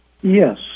yes